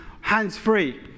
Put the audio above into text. hands-free